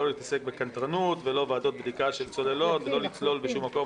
לא להתעסק בקנטרנות ולא בוועדות בדיקה של צוללות ולא לצלול בשום מקום,